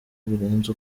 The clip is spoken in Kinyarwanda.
birenze